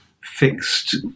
fixed